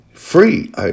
Free